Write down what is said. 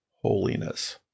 holiness